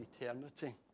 eternity